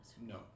No